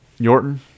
Yorton